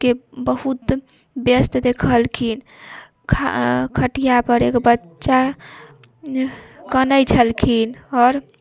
के बहुत व्यस्त देखलखिन खटिया पर एक बच्चा कनैत छलखिन आओर